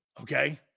Okay